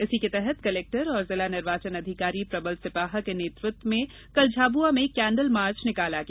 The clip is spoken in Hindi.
इसी के तहत कलेक्टर एवं जिला निर्वाचन अधिकारी प्रबल सिपाहा के नेतृत्व में कल झाबुआ में केन्डल मार्च निकाला गया